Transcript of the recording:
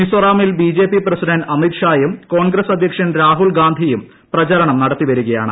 മിസോറാമിൽ BJP president Amit ഷായും കോൺഗ്രസ് അധ്യക്ഷൻ രാഹുൽഗാന്ധിയും പ്രചരണം നടത്തി വരികെയാണ്